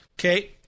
okay